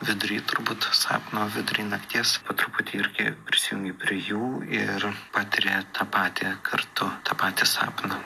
vidury turbūt sapno vidury nakties po truputį irgi prisijungi prie jų ir patiri tą patį kartu tą patį sapną